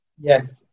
Yes